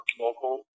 local